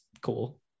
cool